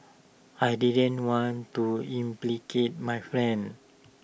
I didn't want to implicate my friend